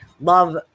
love